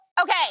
Okay